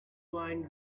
wine